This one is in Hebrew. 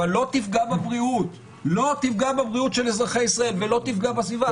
אבל לא תפגע בבריאות של אזרחי ישראל ולא תפגע בסביבה.